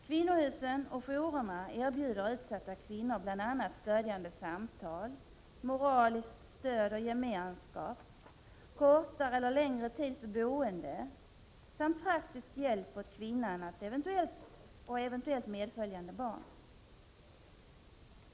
Kvinnohusen och jourerna erbjuder utsatta kvinnor bl.a. stödjande samtal, moraliskt stöd och gemenskap, kortare eller längre tids boende samt praktisk hjälp åt kvinnan och eventuellt medföljande barn.